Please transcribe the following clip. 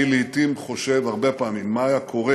אני חושב הרבה פעמים מה היה קורה